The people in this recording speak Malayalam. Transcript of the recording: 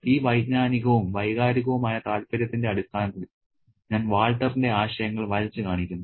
ഈ വൈജ്ഞാനികവും വൈകാരികവുമായ താൽപ്പര്യത്തിന്റെ അടിസ്ഥാനത്തിൽ ഞാൻ വാൾട്ടറിന്റെ ആശയങ്ങൾ വരച്ച് കാണിക്കുന്നു